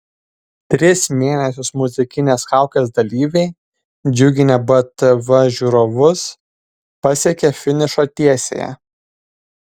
tris mėnesius muzikinės kaukės dalyviai džiuginę btv žiūrovus pasiekė finišo tiesiąją